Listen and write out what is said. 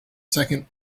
second